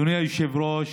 אדוני היושב-ראש,